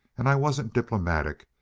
and i wasn't diplomatic.